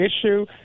issue